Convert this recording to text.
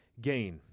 gain